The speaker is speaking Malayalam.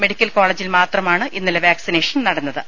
മെഡിക്കൽ കോളേജിൽ മാത്രമാണ് ഇന്നലെ വാക്സിനേഷൻ നടന്നത്